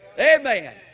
Amen